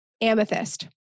Amethyst